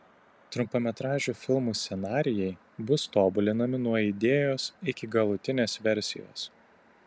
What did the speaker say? trumpametražių filmų scenarijai bus tobulinami nuo idėjos iki galutinės versijos